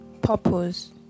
Purpose